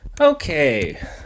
okay